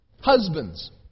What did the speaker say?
Husbands